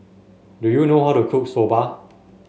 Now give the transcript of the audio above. do you know how to cook Soba